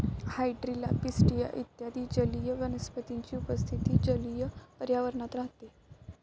hydrilla, pistia इत्यादी जलीय वनस्पतींची उपस्थिती जलीय पर्यावरणात राहते